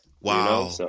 Wow